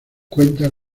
cuenta